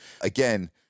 again